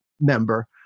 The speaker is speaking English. member